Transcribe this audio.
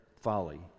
folly